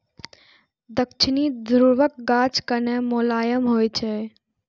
दक्षिणी ध्रुवक गाछ कने मोलायम होइ छै